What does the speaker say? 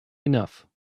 enough